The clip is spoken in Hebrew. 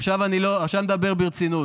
עכשיו נדבר ברצינות.